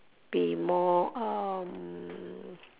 be more um